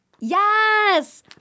Yes